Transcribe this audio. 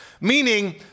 meaning